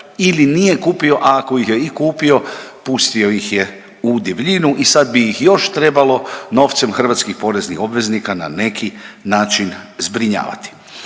ili nije kupio, a ako ih je i kupio pustio ih je u divljinu i sad bi ih još trebalo novcem hrvatskih poreznih obveznika na neki način zbrinjavati.